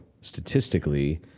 statistically